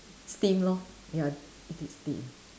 steam lor ya it is steam